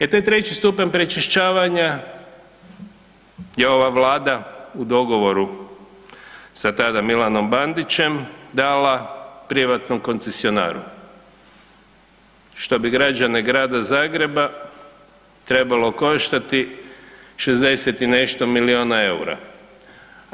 E taj treći stupanj prečišćavanja je ova Vlada u dogovoru sa tada Milanom Bandićem dala privatnom koncesionaru što bi građane Grada Zagreba trebalo koštati 60 i nešto miliona EUR-a.